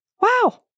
Wow